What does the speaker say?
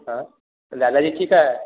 हाँ दादा जी ठीक है